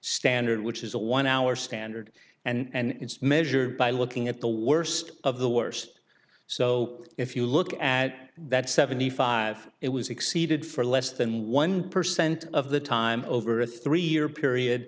standard which is a one hour standard and it's measured by looking at the worst of the worst so if you look at that seventy five it was exceeded for less than one percent of the time over a three year period